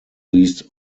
least